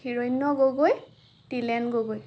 Hiranya Gogoi Tilen Gogoi